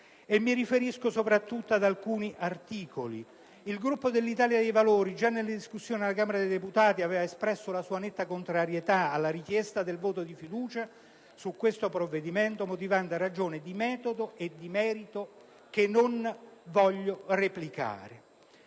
mi riferisco soprattutto ad alcuni articoli. Il Gruppo dell'Italia dei Valori, già in sede di discussione alla Camera dei deputati, aveva espresso la sua netta contrarietà alla richiesta del voto fiducia su questo provvedimento, motivando ragioni di merito e metodo che non voglio replicare.